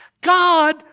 God